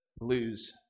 lose